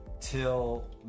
till